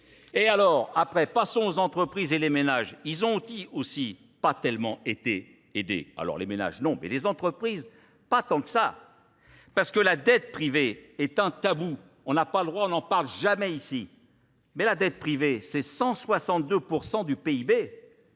Et alors, après, passons aux entreprises et les ménages. Ils ont aussi pas tellement été aidés. Alors les ménages, non, mais les entreprises, pas tant que ça. Parce que la dette privée est un tabou. On n'a pas le droit, on n'en parle jamais ici. Mais la dette privée, c'est 162% du PIB.